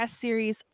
series